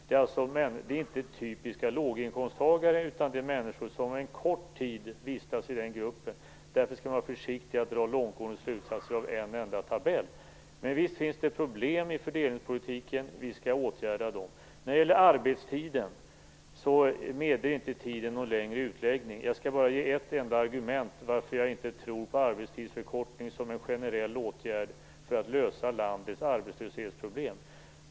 De är alltså inte typiska låginkomsttagare utan människor som en kort tid vistas i den gruppen. Därför skall man vara försiktig med att dra långtgående slutsatser av en enda tabell. Men visst finns det problem i fördelningspolitiken. Vi skall åtgärda dem. Tiden medger inte någon längre utläggning om arbetstiden. Jag skall ge bara ett enda argument till varför jag inte tror på arbetstidsförkortning som en generell åtgärd för att lösa landets arbetslöshetsproblem.